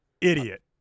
Idiot